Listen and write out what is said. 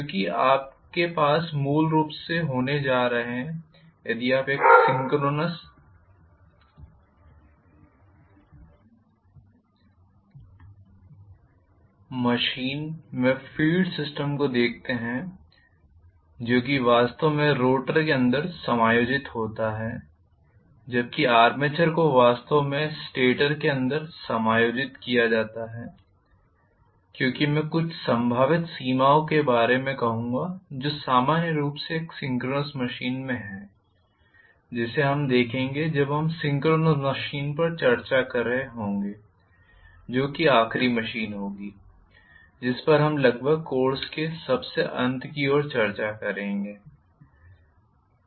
क्योंकि आपके पास मूल रूप से होने जा रहे हैं यदि आप एक सिंक्रोनस मशीन में फ़ील्ड सिस्टम को देखते हैं जो कि वास्तव में रोटर के अंदर समायोजित होता है जबकि आर्मेचर को वास्तव में स्टेटर के अंदर समायोजित किया जाता है क्योंकि मैं कुछ संभावित सीमाओं के बारे में कहूंगा जो सामान्य रूप से एक सिंक्रोनस मशीन में हैं जिसे हम देखेंगे जब हम सिंक्रोनस मशीन पर चर्चा कर रहे होंगे जो कि आखिरी मशीन होगी जिस पर हम लगभग कोर्स के सबसे अंत की ओर चर्चा करेंगे